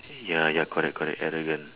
ya ya correct correct arrogant